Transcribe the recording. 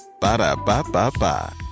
Ba-da-ba-ba-ba